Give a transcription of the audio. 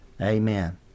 Amen